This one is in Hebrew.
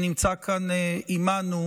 שנמצא כאן עימנו,